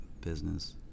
business